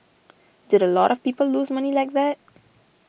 did a lot of people lose money like that